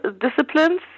disciplines